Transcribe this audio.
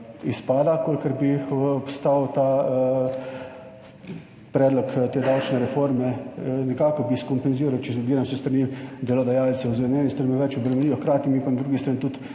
izpada, kolikor bi obstal ta predlog te davčne reforme, nekako bi skompenziral, če gledam s strani delodajalcev. Sedaj na eni strani več obremenijo, hkrati mi pa na drugi strani